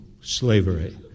slavery